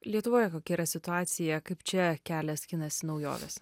lietuvoje kokia yra situacija kaip čia kelią skinasi naujovės